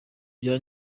bya